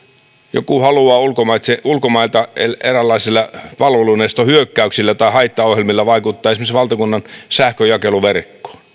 joku haluaa ulkomailta eräänlaisilla palvelunestohyökkäyksillä tai haittaohjelmilla vaikuttaa esimerkiksi valtakunnan sähkönjakeluverkkoon